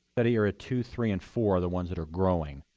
but here, ah two, three, and four are the ones that are growing.